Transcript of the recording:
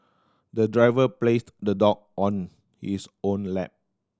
the driver placed the dog on his own lap